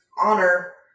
honor